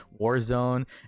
Warzone